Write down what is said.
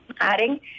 adding